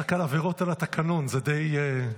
רק על עבירות על התקנון, זה די נדיר.